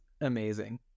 amazing